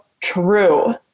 true